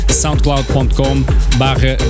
soundcloud.com/barra